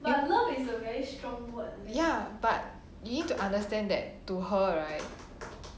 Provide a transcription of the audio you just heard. ya but you need to understand that to her right